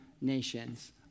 nations